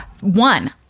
One